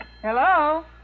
Hello